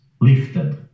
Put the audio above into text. lifted